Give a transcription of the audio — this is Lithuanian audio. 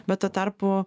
bet tuo tarpu